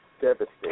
Devastating